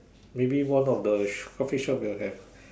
maybe one of the Coffee shop will have